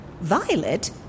Violet